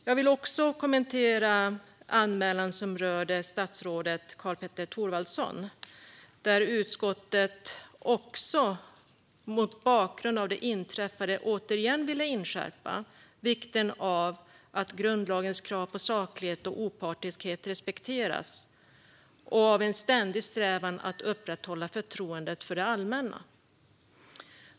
Jag vill också kommentera den anmälan som rör statsrådet Karl-Petter Thorwaldsson, där utskottet mot bakgrund av det inträffade återigen vill inskärpa vikten av att grundlagens krav på saklighet och opartiskhet respekteras och vikten av en ständig strävan att upprätthålla förtroendet för det allmänna.